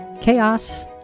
Chaos